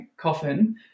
coffin